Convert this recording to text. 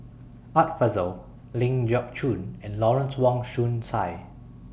Art Fazil Ling Geok Choon and Lawrence Wong Shyun Tsai